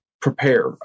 prepare